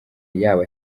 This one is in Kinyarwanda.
yaba